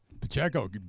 Pacheco